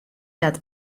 dat